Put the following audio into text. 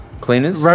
cleaners